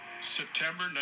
September